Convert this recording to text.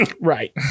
Right